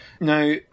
Now